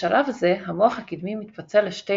בשלב זה המוח הקדמי מתפצל לשתי